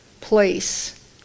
place